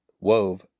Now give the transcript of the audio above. wove